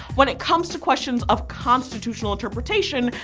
when it comes to questions of constitutional interpretation,